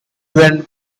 went